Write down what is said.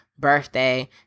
birthday